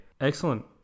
Excellent